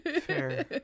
Fair